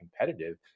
competitive